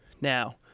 Now